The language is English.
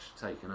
taken